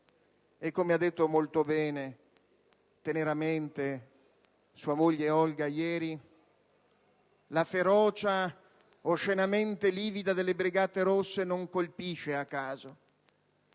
Come ha detto molto bene e teneramente sua moglie Olga, ieri, la ferocia oscenamente livida delle Brigate rosse non colpisce a caso,